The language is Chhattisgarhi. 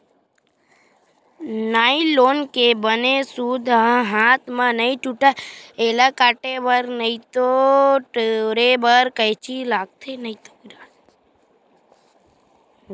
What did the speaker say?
नाइलोन के बने सूत ह हाथ म नइ टूटय, एला काटे बर नइते टोरे बर कइची लागथे